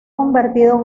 convertido